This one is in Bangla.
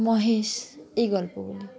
মহেশ এই গল্পগুলি